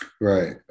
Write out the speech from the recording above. Right